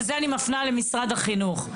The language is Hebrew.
וזה אני מפנה למשרד החינוך.